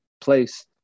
place